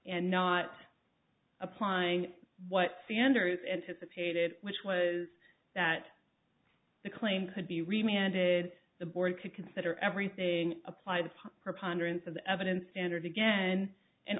and not applying what sanders anticipated which was that the claim could be remanded the board could consider everything applied her pondering for the evidence standard again and